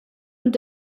und